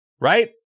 right